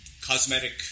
cosmetic